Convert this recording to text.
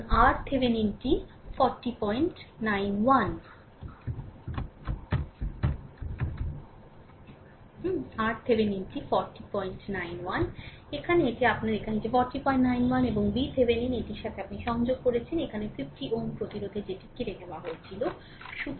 এখন RThevenin 4091 এবং এখানে এটি আপনার এখানে এটি 4091 এবং VThevenin এটির সাথে আপনি সংযোগ করছেন এখন 50 Ω প্রতিরোধের যেটি কেড়ে নেওয়া হয়েছিল